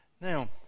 Now